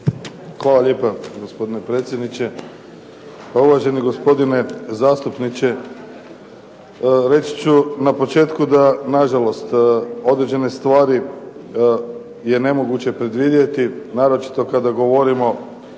Hvala lijepo, gospodine predsjedniče. Pa uvaženi gospodine zastupniče, reći ću na početku da nažalost određene stvari je nemoguće predvidjeti naročito kada govorimo